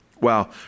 Wow